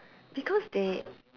because they